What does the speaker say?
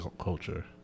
culture